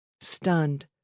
Stunned